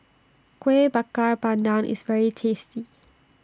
Kueh Bakar Pandan IS very tasty